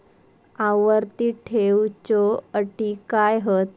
आवर्ती ठेव च्यो अटी काय हत?